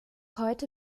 heute